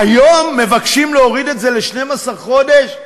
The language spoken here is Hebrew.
היום מבקשים להוריד את זה ל-12 חודש.